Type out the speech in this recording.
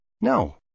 No